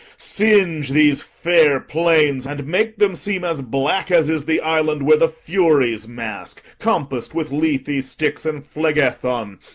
singe these fair plains, and make them seem as black as is the island where the furies mask, compass'd with lethe, styx, and phlegethon,